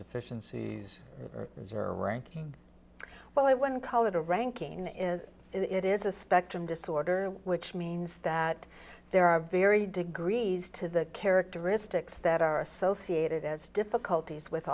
deficiencies or reserve ranking well i went to college a ranking is it is a spectrum disorder which means that there are very degrees to the characteristics that are associated as difficulties with